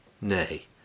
Nay